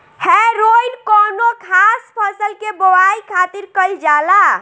हैरोइन कौनो खास फसल के बोआई खातिर कईल जाला